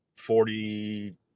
Forty